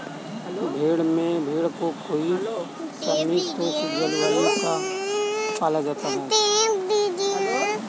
भेड़ को कई समशीतोष्ण जलवायु में पाला जा सकता है